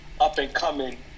up-and-coming